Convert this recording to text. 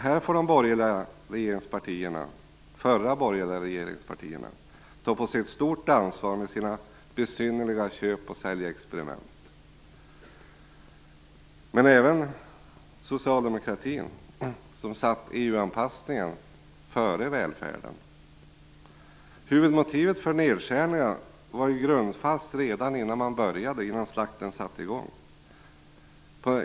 Här får de förra borgerliga regeringspartierna ta på sig ett stort ansvar med sina besynnerliga köp och sälj-experiment, men det gäller även socialdemokratin, som satt EU-anpassningen före välfärden. Huvudmotivet för nedskärningarna var ju grundfalskt redan innan slakten satte i gång.